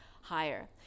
higher